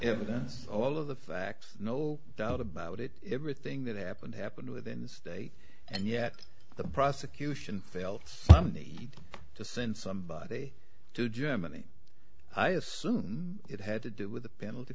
evidence all of the facts no doubt about it everything that happened happened within the state and yet the prosecution felt something to send somebody to germany i assume it had to do with the penalty